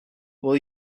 will